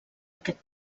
aquest